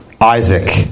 Isaac